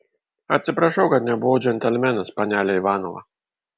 atsiprašau kad nebuvau džentelmenas panele ivanova